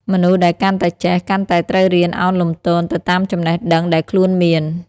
មនុស្សដែលកាន់តែចេះ កាន់តែត្រូវរៀនឱនលំទោនទៅតាមចំណេះដឹងដែលខ្លួនមាន។